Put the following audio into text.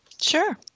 sure